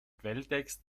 quelltext